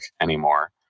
anymore